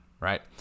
right